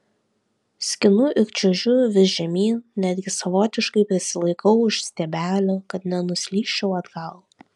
skinu ir čiuožiu vis žemyn netgi savotiškai prisilaikau už stiebelių kad nenuslysčiau atgal